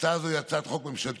ההצעה הזאת היא הצעת חוק ממשלתית,